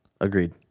Agreed